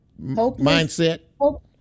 mindset